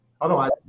Otherwise